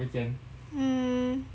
mm